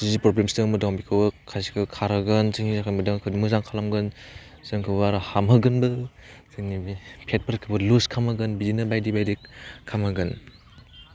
जि problems दं बेखौ खायसेखौ खारहोगोन जोंनि देहाखौ मोजां खालामगोन जोंखौ आरो हामहोगोनबो जोंनि बे फेटफोरखौबो लुस खालामहोगोन बिदिनो बायदि बायदि खालामहोगोन